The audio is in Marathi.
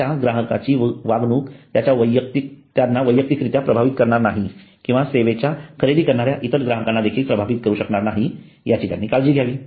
अश्या ग्राहकांची वागणूक त्यांना वैयक्तिकरित्या प्रभावित करणार नाही किंवा सेवेच्या खरेदी करणाऱ्या इतर ग्राहकांना देखील प्रभावित करू शकनार नाही याची त्यांनी काळजी घ्यावी